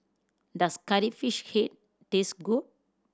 does Curry Fish Head taste good